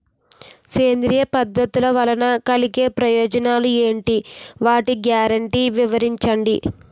సేంద్రీయ పద్ధతుల వలన కలిగే ప్రయోజనాలు ఎంటి? వాటి గ్యారంటీ వివరించండి?